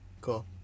Cool